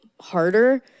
harder